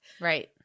Right